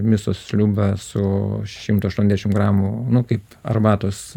miso sriubą su šimto aštuondešimt gramų nu kaip arbatos